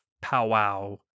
powwow